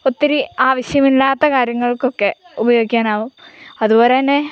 ഒത്തിരി ആവശ്യമില്ലാത്ത കാര്യങ്ങൾക്കൊക്കെ ഉപയോഗിക്കാനാവും അതുപോലെ തന്നെ